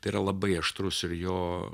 tai yra labai aštrus ir jo